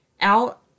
out